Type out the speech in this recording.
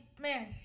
man